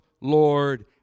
Lord